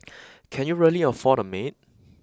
can you really afford a maid